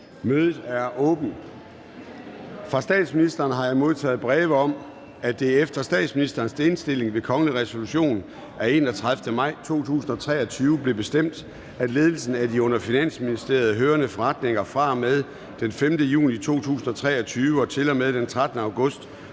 Mødet er åbnet. Fra statsministeren har jeg modtaget breve om, at det efter statsministerens indstilling ved kongelig resolution af 31. maj 2023 blev bestemt, at ledelsen af de under Finansministeriet hørende forretninger fra og med den 5. juni 2023 til og